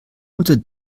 unter